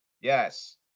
Yes